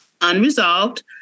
Unresolved